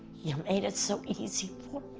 you made it so easy for